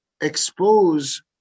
expose